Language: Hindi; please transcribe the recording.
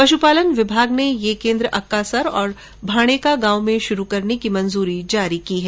पशुपालन विभाग ने ये केन्द्र अक्कासर और भाणेका गांव में शुरू करने की स्वीकृति जारी की है